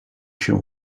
się